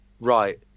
right